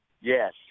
Yes